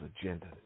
agenda